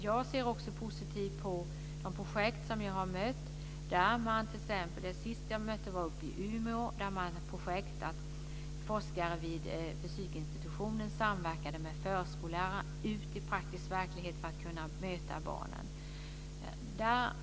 Jag ser också positivt på de projekt som jag har tagit del av, senast ett i Umeå där forskare vid fysikinstitutionen samverkade med förskollärare ute i praktisk verklighet för att kunna möta barnens behov.